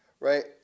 right